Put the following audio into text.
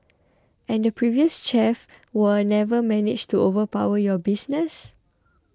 and the previous chef were never managed to overpower your business